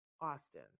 Austin